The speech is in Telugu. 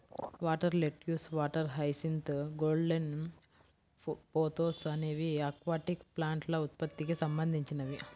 water lettuce, water hyacinth, golden pothos అనేవి ఆక్వాటిక్ ప్లాంట్ల ఉత్పత్తికి సంబంధించినవి